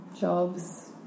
jobs